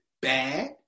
bad